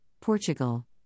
Portugal